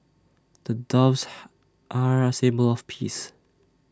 doves are A symbol of peace